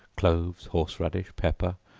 cloves, horse-radish, pepper,